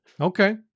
Okay